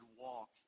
walk